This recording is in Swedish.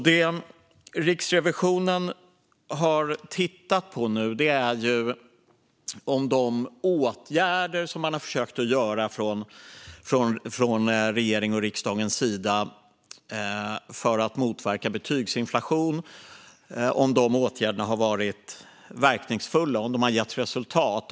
Det Riksrevisionen nu har tittat på är om de åtgärder som regeringen och riksdagen har vidtagit för att försöka motverka betygsinflation har varit verkningsfulla och gett resultat.